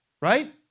right